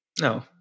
No